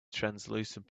translucent